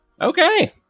Okay